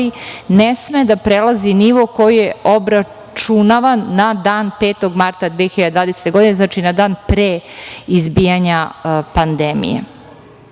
ne sme da prelazi nivo koji je obračunavan na na dan 05. marta 2020. godine, znači na dan izbijanja pandemije. Naravno,